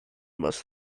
must